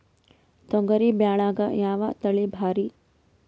ತೊಗರಿ ಬ್ಯಾಳ್ಯಾಗ ಯಾವ ತಳಿ ಭಾರಿ?